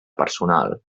personal